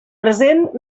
present